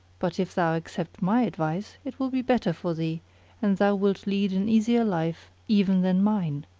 but if thou accept my advice it will be better for thee and thou wilt lead an easier life even than mine.